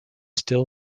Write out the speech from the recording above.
still